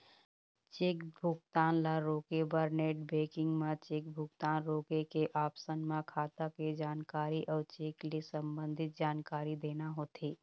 cheque भुगतान ल रोके बर नेट बेंकिंग म चेक भुगतान रोके के ऑप्सन म खाता के जानकारी अउ चेक ले संबंधित जानकारी देना होथे